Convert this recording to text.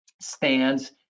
stands